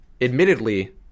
Admittedly